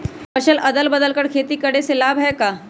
कोई फसल अदल बदल कर के खेती करे से लाभ है का?